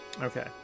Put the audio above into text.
Okay